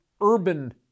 urban